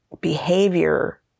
behavior